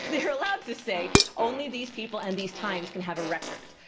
they're allowed to say only these people and these times can have a record.